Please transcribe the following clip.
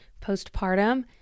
postpartum